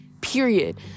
period